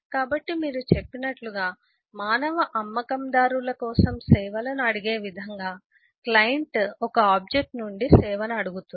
కాబట్టి మీరు చెప్పినట్లుగా మనము చెప్పినట్లుగా మానవ అమ్మకందారుల కోసం సేవలను అడిగే విధంగా క్లయింట్ ఒక ఆబ్జెక్ట్ నుండి సేవను అడుగుతుంది